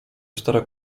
stara